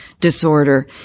disorder